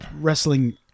wrestling